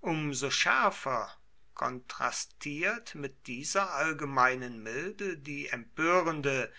um so schärfer kontrastiert mit dieser allgemeinen milde die empörende